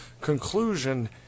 conclusion